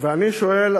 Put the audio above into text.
ואני שואל,